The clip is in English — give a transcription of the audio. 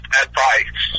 advice